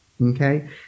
Okay